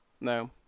No